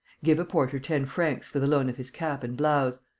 give a porter ten francs for the loan of his cap and blouse.